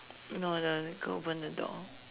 no the girl open the door